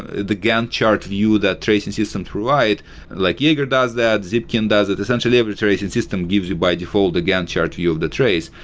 the gantt chart view that tracing systems provide, like jaeger does that, zipkin does it. essentially, every iterating system gives you by default the gantt chart view of the trace.